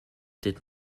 did